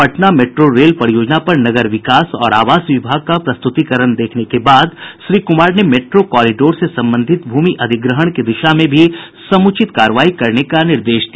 Patna metro rail परियोजना पर नगर विकास और आवास विभाग का प्रस्तुतीकरण देखने के बाद श्री कुमार ने मेट्रो कॉरिडोर से संबंधित भूमि अधिग्रहण की दिशा में भी समुचित कार्रवाई करने का निर्देश दिया